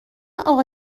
اقا